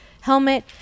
helmet